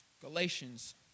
Galatians